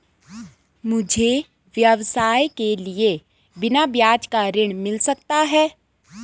मुझे व्यवसाय के लिए बिना ब्याज का ऋण मिल सकता है?